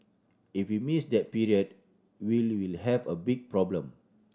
if we miss that period we will have a big problem